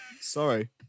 Sorry